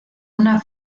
una